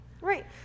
Right